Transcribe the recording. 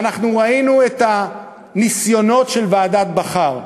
ואנחנו ראינו את הניסיונות של ועדת בכר.